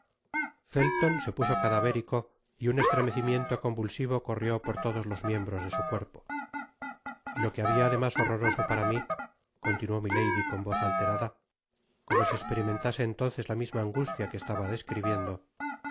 follon se puso cadavérico y un estremecimiento convulsivo corrió por todos los miembros de su cuerpo y lo que habia de mas horroroso para mi continuó milady con voz alterada como si esperimentase entonces la misma angustia que estaba describiendo